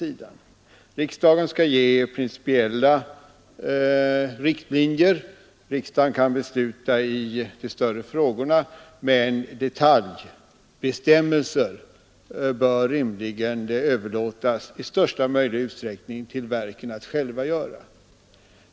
Riksdagen skall ge principiella riktlinjer. Riksdagen kan besluta i de större frågorna, men utformningen av detaljbestämmelser bör rimligen överlåtas i största möjliga utsträckning till verken själva.